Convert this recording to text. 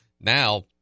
Now